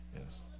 yes